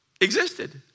existed